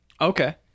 Okay